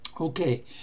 Okay